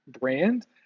brand